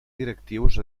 directius